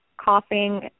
coughing